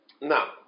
Now